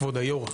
כבוד היו"ר,